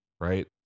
right